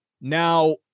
Now